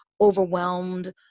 overwhelmed